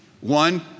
One